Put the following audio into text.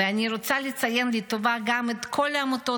ואני רוצה לציין לטובה גם את כל העמותות